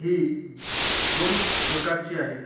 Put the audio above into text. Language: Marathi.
ही दोन प्रकारची आहेत